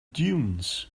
dunes